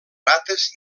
rates